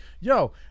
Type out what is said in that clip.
yo